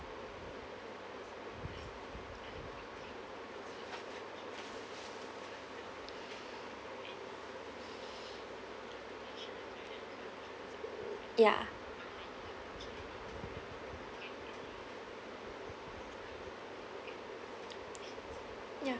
ya ya